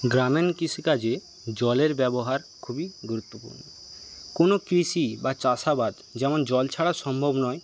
গ্রামীণ কৃষিকাজে জলের ব্যবহার খুবই গুরুত্বপূর্ণ কোনো কৃষি বা চাষাবাদ যেমন জল ছাড়া সম্ভব নয়